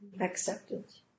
Acceptance